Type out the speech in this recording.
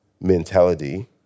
mentality